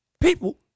people